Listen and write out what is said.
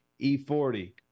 E40